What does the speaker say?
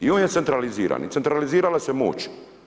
I on je centraliziran i centralizirala se je moć.